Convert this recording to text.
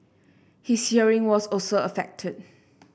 his hearing was also affected